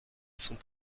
sont